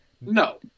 No